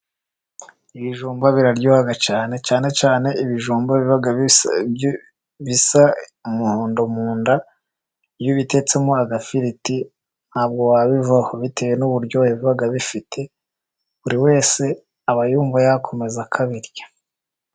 Ibijumba biraryohaha cyane, cyane cyane ibijumba biba bisa umuhondo mu nda, iyo ubitetsemo agafiriti ntabwo wabivaho, bitewe n'uburyohe biba bifite, buri wese aba yumva yakomeza akabirya.